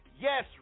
Yes